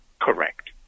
Correct